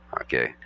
okay